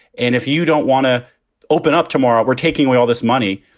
and if you don't want to open up tomorrow, we're taking away all this money.